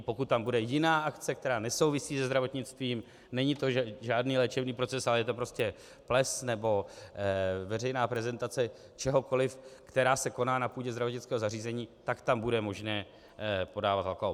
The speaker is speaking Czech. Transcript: Pokud tam bude jiná akce, která nesouvisí se zdravotnictvím, není to žádný léčebný proces, ale je to ples nebo veřejná prezentace čehokoliv, která se koná na půdě zdravotnického zařízení, tak tam bude možné podávat alkohol.